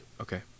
Okay